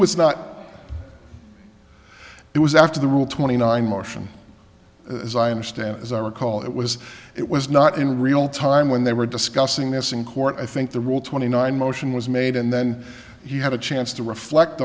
was not it was after the rule twenty nine motion as i understand it as i recall it was it was not in real time when they were discussing this in court i think the rule twenty nine motion was made and then he had a chance to reflect